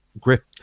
grip